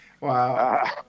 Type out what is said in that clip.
Wow